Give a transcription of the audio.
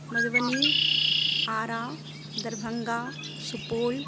Madhubani Ara Darbhanga Supaul